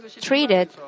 treated